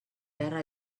terra